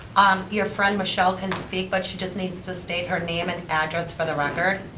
your friend michelle can speak, but she just need to state her name and address for the record.